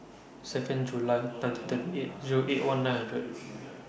Second July nineteen thirty eight Zero eight one nine hundred